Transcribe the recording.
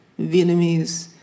Vietnamese